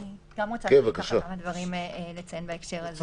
אני גם רוצה לציין כמה דברים בהקשר הזה: